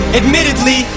admittedly